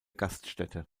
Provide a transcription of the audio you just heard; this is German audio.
gaststätte